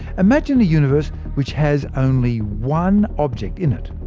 imagine a universe which has only one object in it.